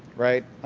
right?